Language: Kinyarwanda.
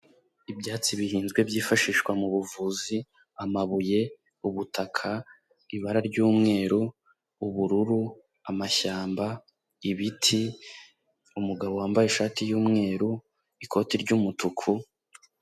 Ibyatsi bihinzwe byifashishwa mu buvuzi, amabuye, ubutaka, ibara ry'umweru, ubururu, amashyamba, ibiti, umugabo wambaye ishati y'umweru, ikoti ry'umutuku.